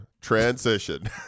transition